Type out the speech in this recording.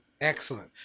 Excellent